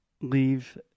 leave